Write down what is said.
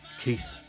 Keith